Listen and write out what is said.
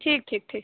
ठीक ठीक ठीक